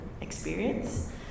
experience